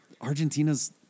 Argentina's